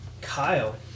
Kyle